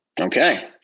Okay